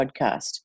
podcast